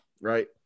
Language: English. Right